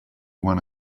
one